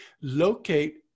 locate